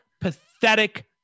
pathetic